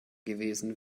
gewesen